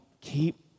keep